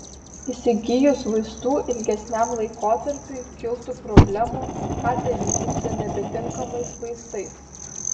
įsigijus vaistų ilgesniam laikotarpiui kiltų problemų ką daryti su nebetinkamais vaistais